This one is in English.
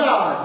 God